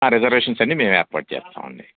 reservations అన్నీ మేము ఏర్పాటు చేస్తాం అండి